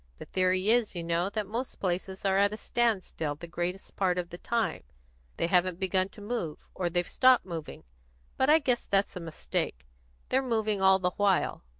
the theory is, you know, that most places are at a standstill the greatest part of the time they haven't begun to move, or they've stopped moving but i guess that's a mistake they're moving all the while.